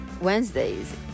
Wednesdays